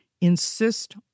insist